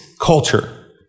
culture